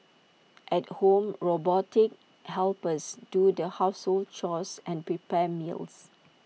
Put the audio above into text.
at home robotic helpers do the household chores and prepare meals